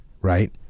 right